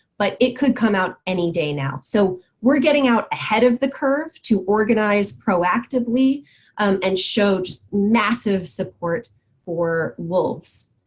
but it could come out any day now. so we're getting out ahead of the curve to organize proactively and show just massive support for wolves.